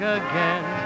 again